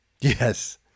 Yes